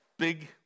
big